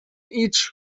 each